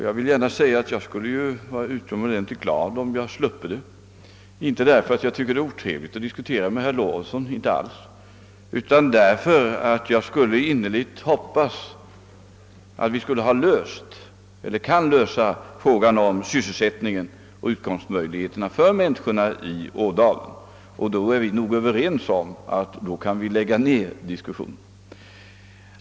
Jag vill säga att jag vore utomordentligt glad om jag sluppe göra det igen — inte alls därför att jag tycker att det är otrevligt att diskutera med herr Lorentzon, utan därför att jag innerligt hoppas att vi skall kunna lösa frågan om sysselsättningen och utkomstmöjligheterna för människorna i Ådalen. Om vi lyckades med detta kunde vi nog vara Överens om att lägga ned denna diskussion.